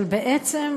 אבל בעצם,